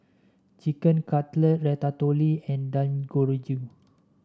Chicken Cutlet Ratatouille and Dangojiru